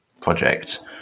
project